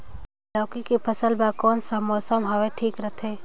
लौकी के फसल बार कोन सा मौसम हवे ठीक रथे?